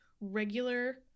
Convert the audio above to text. regular